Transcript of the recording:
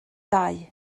dau